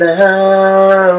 now